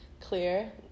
clear